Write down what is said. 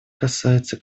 касается